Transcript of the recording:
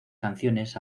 canciones